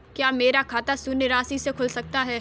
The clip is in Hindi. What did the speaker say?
क्या मेरा खाता शून्य राशि से खुल सकता है?